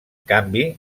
canvi